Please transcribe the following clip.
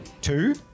Two